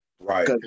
Right